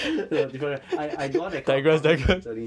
no different right I I don't want that kind of public scrutiny